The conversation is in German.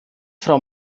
frau